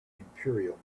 imperial